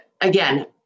again